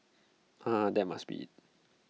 ah that must be IT